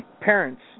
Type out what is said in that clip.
parents